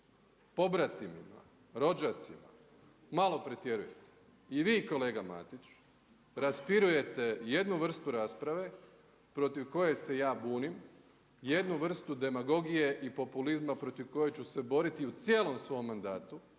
pobratimima, rođacima, malo pretjerujete. I vi kolega Matić raspirujete jednu vrstu rasprave protiv koje se ja bunim, jednu vrstu demagogije i populizma protiv koje ću se boriti i u cijelom svom mandatu